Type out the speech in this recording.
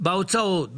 בהוצאות,